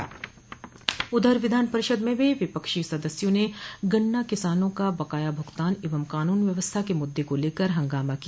उधर विधान परिषद में भी विपक्षी सदस्यों ने गन्ना किसानों का बकाया भुगतान एवं कानून व्यवस्था के मुद्दे को लेकर हंगामा किया